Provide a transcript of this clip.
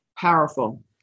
Powerful